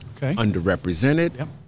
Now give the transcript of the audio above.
underrepresented